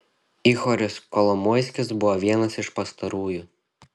ihoris kolomoiskis buvo vienas iš pastarųjų